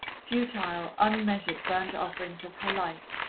futile, unmeasured burnt-offerings of her life,